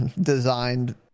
designed